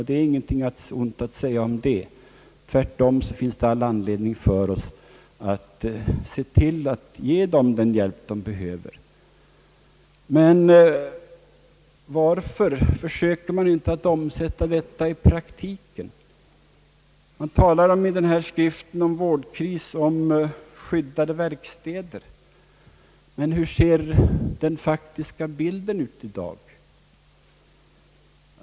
Det är inte någonting ont att säga om det; tvärtom finns det all anledning för oss att söka ge dem den hjälp de behöver. Men varför försöker man inte omsätta detta i praktiken? Man talar om vårdkris och om skyddade verkstäder, men hur ser den faktiska bilden ut i dag?